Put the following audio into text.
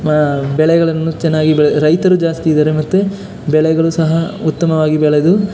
ಬ ಬೆಳೆಗಳನ್ನು ಚೆನ್ನಾಗಿ ಬೆಳೆ ರೈತರು ಜಾಸ್ತಿ ಇದ್ದಾರೆ ಮತ್ತು ಬೆಳೆಗಳೂ ಸಹ ಉತ್ತಮವಾಗಿ ಬೆಳೆದು